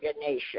Nation